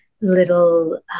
little